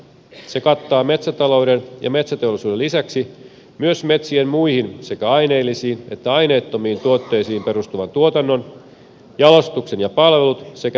se kattaa metsätalouden ja metsäteollisuuden lisäksi myös metsien muihin sekä aineellisiin että aineettomiin tuotteisiin perustuvan tuotannon jalostuksen ja palvelut sekä julkishyödykkeet